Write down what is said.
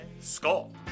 skull